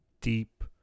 deep